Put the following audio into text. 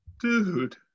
Dude